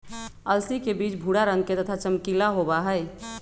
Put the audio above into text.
अलसी के बीज भूरा रंग के तथा चमकीला होबा हई